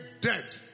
dead